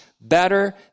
better